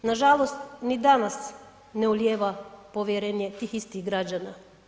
Nažalost, ni danas ne ulijeva povjerenje tih istih građana.